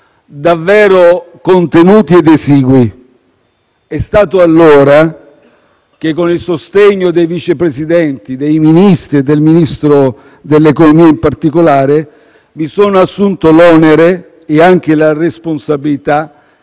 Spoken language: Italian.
davvero contenuti ed esegui. È stato allora che, con il sostegno dei Vice Presidenti, dei Ministri, e del Ministro dell'economia in particolare, mi sono assunto l'onere e anche la responsabilità